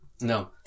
No